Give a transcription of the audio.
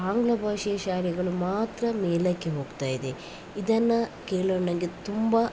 ಆಂಗ್ಲ ಭಾಷೆ ಶಾಲೆಗಳು ಮಾತ್ರ ಮೇಲಕ್ಕೆ ಹೋಗ್ತಾ ಇದೆ ಇದನ್ನು ಕೇಳಲು ನಂಗೆ ತುಂಬ